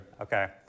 Okay